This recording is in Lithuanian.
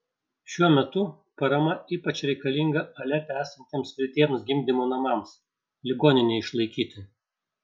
šiuo metu parama ypač reikalinga alepe esantiems vilties gimdymo namams ligoninei išlaikyti